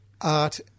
art